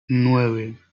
nueve